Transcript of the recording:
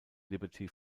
liberty